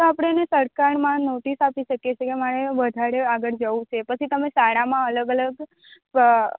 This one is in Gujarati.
આપણે ને સરકારમાં નોટિસ આપી શકીએ છે કે મારે વધારે આગળ જવું છે પછી તમે શાળામાં અલગ અલગ અ